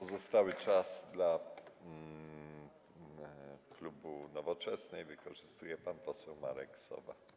Pozostały czas dla klubu Nowoczesnej wykorzysta pan poseł Marek Sowa.